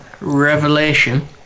revelation